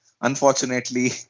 unfortunately